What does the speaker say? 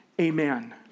Amen